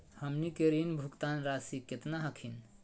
हमनी के ऋण भुगतान रासी केतना हखिन?